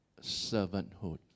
Servanthood